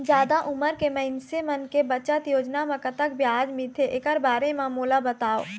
जादा उमर के मइनसे मन के बचत योजना म कतक ब्याज मिलथे एकर बारे म मोला बताव?